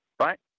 right